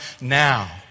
Now